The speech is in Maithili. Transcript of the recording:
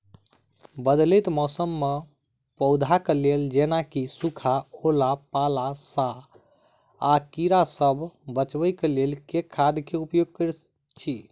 बदलैत मौसम मे पौधा केँ लेल जेना की सुखा, ओला पाला, आ कीड़ा सबसँ बचबई केँ लेल केँ खाद केँ उपयोग करऽ छी?